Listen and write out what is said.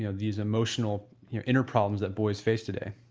you know these emotional inner problems that boys face today?